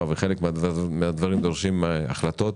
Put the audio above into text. חלק מהדברים דורשים החלטות.